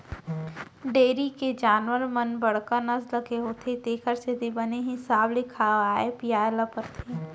dairy के जानवर मन बड़का नसल के होथे तेकर सेती बने हिसाब ले खवाए पियाय ल परथे